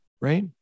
right